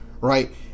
Right